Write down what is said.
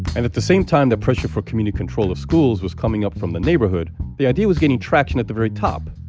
and at the same time the pressure for community control of schools was coming up from the neighborhood, the idea was gaining traction at the very top,